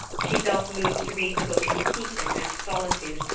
she felt moved to read the book in secret and solitude,